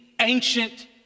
ancient